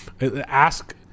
Ask